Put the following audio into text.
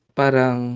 parang